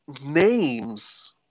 names